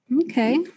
Okay